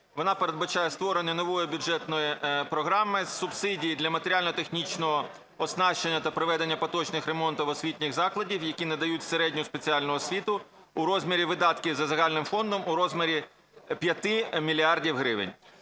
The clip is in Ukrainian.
вона передбачає створення нової бюджетної програми "Субсидія для матеріально-технічного оснащення та проведення поточних ремонтів освітніх закладів, які надають середню спеціальну освіту" у розмірі видатків за загальним фондом в розмірі 5 мільярдів гривень.